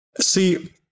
See